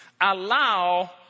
allow